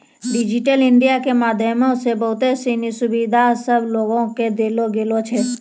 digital India के माध्यमो से बहुते सिनी सुविधा सभ लोको के देलो गेलो छै